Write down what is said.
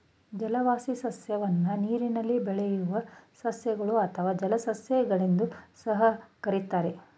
ಜಲವಾಸಿ ಸಸ್ಯವನ್ನು ನೀರಿನಲ್ಲಿ ಬೆಳೆಯುವ ಸಸ್ಯಗಳು ಅಥವಾ ಜಲಸಸ್ಯ ಗಳೆಂದೂ ಸಹ ಕರಿತಾರೆ